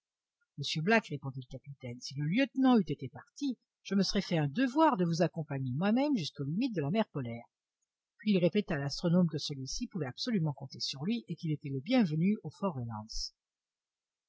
monsieur black répondit le capitaine si le lieutenant eût été parti je me serais fait un devoir de vous accompagner moi-même jusqu'aux limites de la mer polaire puis il répéta à l'astronome que celui-ci pouvait absolument compter sur lui et qu'il était le bienvenu au